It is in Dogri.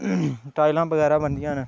टाइलां बगैरा बनदियां न